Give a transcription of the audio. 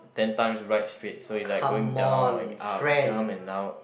ten times ride straight so is like going down and up down and up